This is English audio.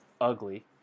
ugly